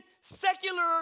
secular